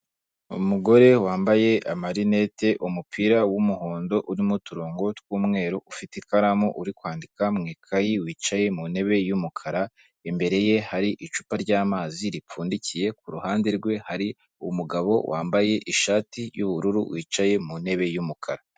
Umugore wambaye amarineti, umupira w'umuhondo urimo uturongo tw'umweru, ufite ikaramu uri kwandika mu ikayi, wicaye mu ntebe y'umukara, imbere ye hari icupa ry'amazi ripfundikiye, ku ruhande rwe hari umugabo wambaye ishati y'ubururu wicaye mu ntebe y'umukara.